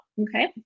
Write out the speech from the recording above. Okay